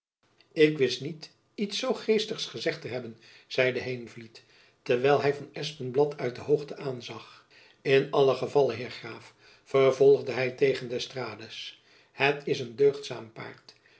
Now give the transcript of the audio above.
ik wist niet iets zoo geestigs gezegd te hebben zeide heenvliet terwijl hy van espenblad uit de hoogte aanzag in allen gevalle heer graaf vervolgde hy tegen d'estrades het is een deugdzaam paard